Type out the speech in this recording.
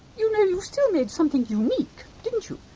you know, you still made something unique, didn't you?